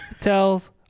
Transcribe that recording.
tells